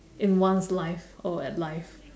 in one's life or at life